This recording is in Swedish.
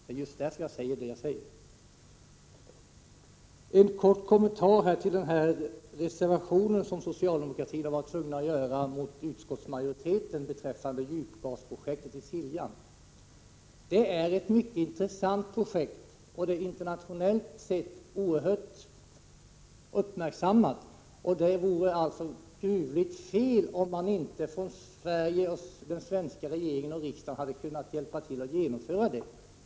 Det är just därför jag säger det jag säger. Jag vill också göra en kort kommentar till den reservation som socialdemokraterna har varit tvungna att avge mot utskottsmajoriteten beträffande djupgasprojektet i Siljan. Det är ett mycket intressant projekt, som är oerhört uppmärksammat internationellt sett, och det vore ett gruvligt fel om inte den svenska regeringen och riksdagen hade kunnat hjälpa till att genomföra det.